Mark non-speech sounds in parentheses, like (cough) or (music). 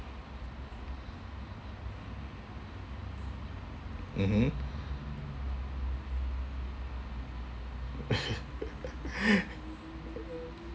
mmhmm (laughs)